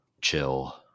chill